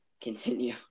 Continue